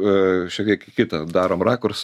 a šiek tiek kitą darom rakursą